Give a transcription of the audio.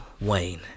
Wayne